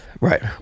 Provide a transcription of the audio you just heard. right